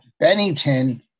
Bennington